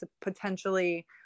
potentially